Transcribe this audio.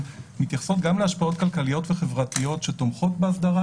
מתייחסות גם להשפעות כלכליות וחברתיות שתומכות באסדרה